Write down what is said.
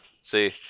see